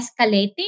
escalating